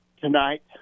tonight